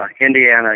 Indiana